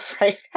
right